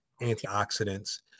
antioxidants